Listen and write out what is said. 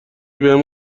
بهم